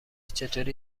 چطوری